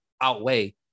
outweigh